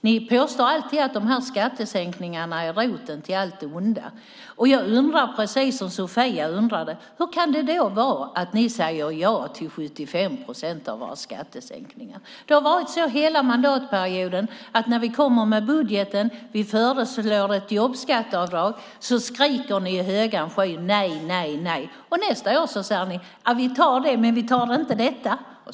Ni påstår alltid att de här skattesänkningarna är roten till allt ont, och jag undrar precis som Sofia undrade: Hur kan det då vara så att ni säger ja till 75 procent av våra skattesänkningar? Det har varit så hela mandatperioden att när vi kommer med budgeten och föreslår ett jobbskatteavdrag skriker ni i högan sky: Nej, nej, nej! Och året därpå säger ni: Ja, vi tar det men vi tar inte det nya.